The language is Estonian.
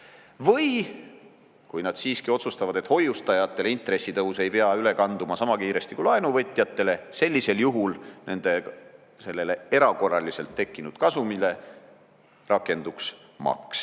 Või kui nad siiski otsustavad, et hoiustajatele intressitõus ei pea üle kanduma sama kiiresti kui laenuvõtjatele, siis sellisel juhul nende sellele erakorraliselt tekkinud kasumile rakenduks maks. Nii